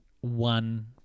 one